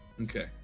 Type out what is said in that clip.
Okay